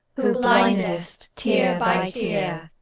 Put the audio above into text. who blindest, tear by tear,